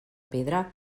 pedra